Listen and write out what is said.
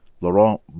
Laurent